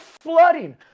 flooding